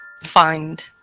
Find